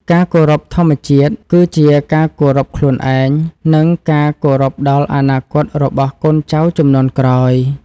ការគោរពធម្មជាតិ គឺជាការគោរពខ្លួនឯង និងការគោរពដល់អនាគតរបស់កូនចៅជំនាន់ក្រោយ។